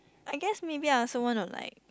I guess maybe I also want to like